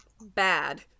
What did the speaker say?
bad